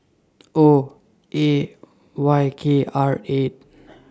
O A Y K R eight